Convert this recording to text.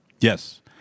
Yes